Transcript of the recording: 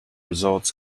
results